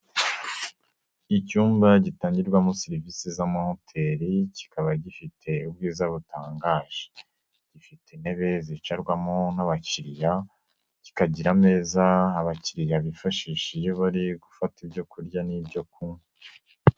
Icyumba gitangirwamo serivisi z'amahoteli, kikaba gifite ubwiza butangaje, gifite intebe zicarwamo n'abakiriya, kikagira ameza abakiriya bifashisha iyo bari gufata ibyo kurya n'ibyo kunywa.